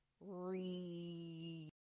read